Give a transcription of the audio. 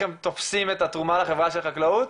הם תופסים את התרומה לחברה של החקלאות?